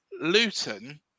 Luton